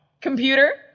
Computer